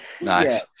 Nice